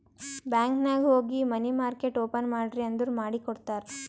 bank ನಾಗ್ ಹೋಗಿ money market open ಮಾಡ್ರಿ ಅಂದುರ್ ಮಾಡಿ ಕೊಡ್ತಾರ್